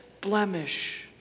blemish